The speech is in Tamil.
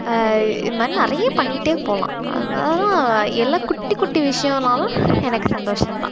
இது மாதிரி நிறைய பண்ணிகிட்டே போகலாம் அதெல்லாம் எல்லாம் குட்டி குட்டி விஷயங்கள்னாலும் எனக்கு சந்தோஷம் தான்